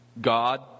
God